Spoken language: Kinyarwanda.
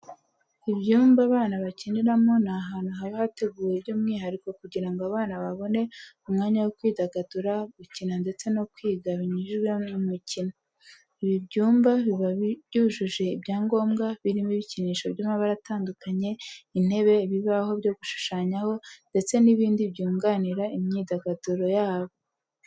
Ibyumba abana bakiniramo ni ahantu haba hateguwe by'umwihariko kugira ngo abana babone umwanya wo kwidagadura, gukina ndetse no kwiga binyujijwe mu mikino. Ibi byumba biba byujuje ibyangombwa, birimo ibikinisho by'amabara atandukanye, intebe, ibibaho byo gushushanyaho ndetse n'ibindi byunganira imyidagaduro yabo.